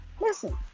listen